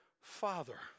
Father